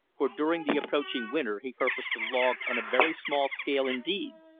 for during the approaching winter he purposed to log on a very small scale indeed.